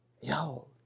yo